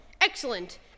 Excellent